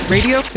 Radio